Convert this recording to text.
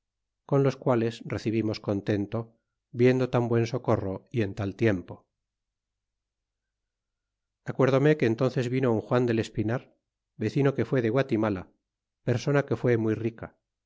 con log vales recibimos contento viendo tan buen socorro y en tal tiempo acuérdome que entónces vino un juan del espinar vecino que fue de guatimala persona que fue muy rica